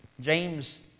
James